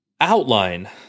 outline